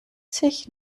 sich